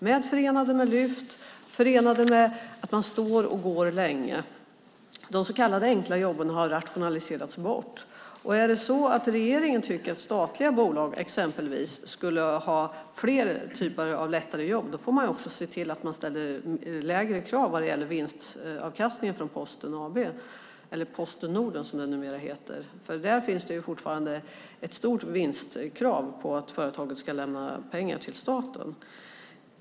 De är förenade med lyft, och man står och går länge. De så kallade enkla jobben har rationaliserats bort. Om regeringen tycker att statliga bolag ska ha flera typer av lättare jobb får man också se till att man ställer lägre krav på vinstavkastning från Posten Norden. Där finns det fortfarande ett stort krav på att företaget ska lämna pengar till staten.